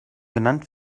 genannt